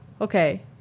okay